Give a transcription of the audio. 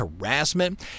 harassment